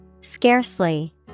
scarcely